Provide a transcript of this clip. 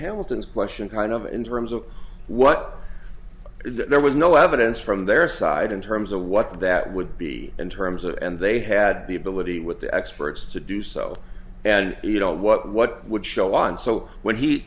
hamilton's question kind of in terms of what there was no evidence from their side in terms of what that would be in terms of and they had the ability with the experts to do so and you don't what what would show and so when he